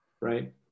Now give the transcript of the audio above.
Right